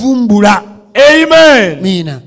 Amen